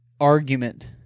argument